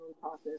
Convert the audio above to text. process